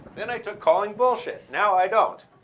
then i took calling bullshit. now i don't.